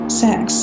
sex